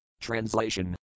Translation